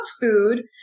food